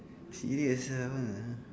serious ah